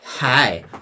Hi